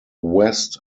west